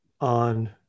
on